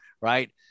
right